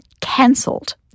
cancelled